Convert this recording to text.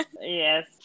Yes